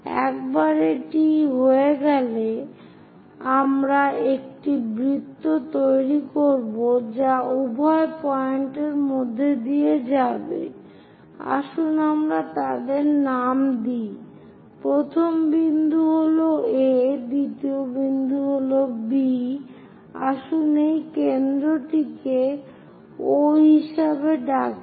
একবার এটি হয়ে গেলে আমরা একটি বৃত্ত তৈরি করব যা উভয় পয়েন্টের মধ্য দিয়ে যাবে আসুন আমরা তাদের নাম দিই প্রথম বিন্দু হল A দ্বিতীয় বিন্দু হল B আসুন এই কেন্দ্রটিকে O হিসাবে ডাকি